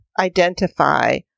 identify